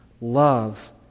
love